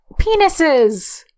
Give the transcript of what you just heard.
penises